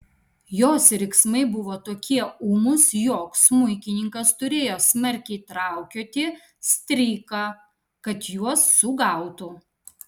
jos riksmai buvo tokie ūmūs jog smuikininkas turėjo smarkiai traukioti stryką kad juos sugautų